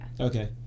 Okay